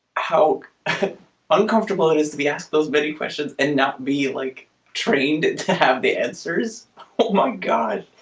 how uncomfortable. it is to be asked those many questions and not be like trained to have the answers. oh my god.